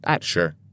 Sure